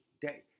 day